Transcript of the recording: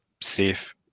safe